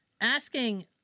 asking